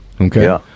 Okay